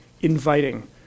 inviting